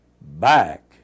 back